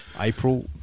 April